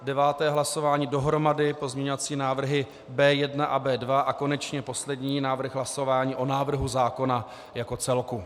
Deváté hlasování dohromady pozměňovací návrhy B1 a B2 a konečně poslední návrh hlasování o návrhu zákona jako celku.